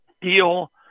deal